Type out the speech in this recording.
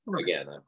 again